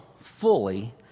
fully